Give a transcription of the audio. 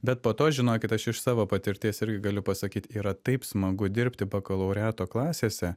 bet po to žinokit aš iš savo patirties irgi galiu pasakyt yra taip smagu dirbti bakalaureato klasėse